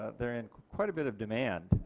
they are in quite a bit of demand